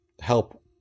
help